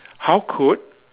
how could